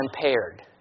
impaired